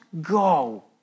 go